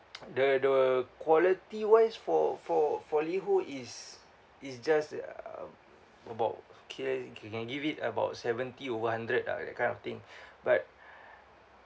the the quality wise for for for LiHO is is just um about okay can can give it about seventy over hundred ah that kind of thing but